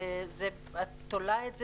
את תולה את זה